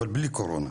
אבל בלי קורונה,